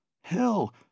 Hell